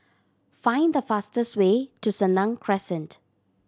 find the fastest way to Senang Crescent